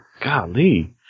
golly